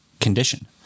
condition